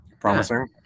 Promising